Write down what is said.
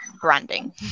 branding